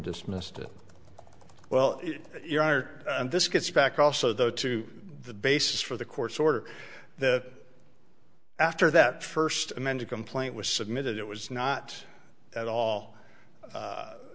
dismissed it well and this gets back also though to the basis for the court's order that after that first amended complaint was submitted it was not at all